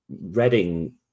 Reading